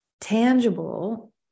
tangible